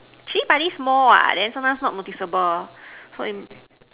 Chili padi small what then sometimes not noticeable so